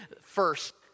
first